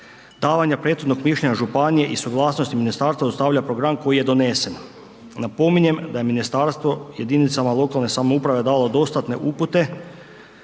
davanja prethodnog mišljenja županiji i suglasnosti ministarstva ostavlja program koji je donesen. Napominjem da je ministarstvo jedinicama lokalne samouprave dalo dostatne upute